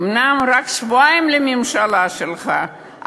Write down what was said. אומנם רק שבועיים לממשלה שלך,